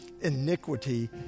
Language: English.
Iniquity